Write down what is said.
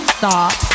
stop